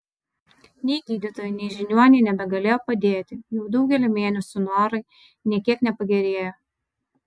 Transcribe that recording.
nei gydytojai nei žiniuoniai nebegalėjo padėti jau daugelį mėnesių norai nė kiek nepagerėjo